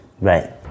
Right